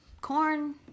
Corn